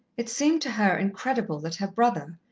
it seemed to her incredible that her brother,